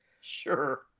Sure